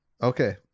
okay